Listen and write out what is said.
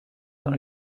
dans